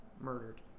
murdered